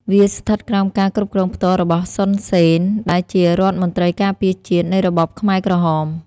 វាស្ថិតក្រោមការគ្រប់គ្រងផ្ទាល់របស់ សុន សេន ដែលជារដ្ឋមន្រ្តីការពារជាតិ នៃរបបខ្មែរក្រហម។